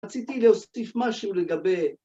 רציתי להוסיף משהו לגבי...